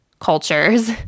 cultures